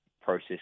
process